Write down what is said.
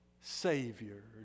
Savior